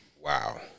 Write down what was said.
Wow